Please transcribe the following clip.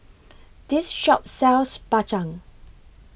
This Shop sells Bak Chang